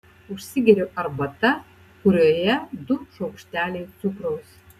užsigeriu arbata kurioje du šaukšteliai cukraus